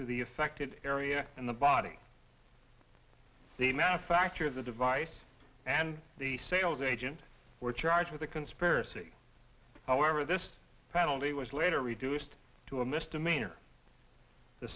to the affected area in the body the manufacturer of the device and the sales agent were charged with a conspiracy how however this penalty was later reduced to a misdemeanor the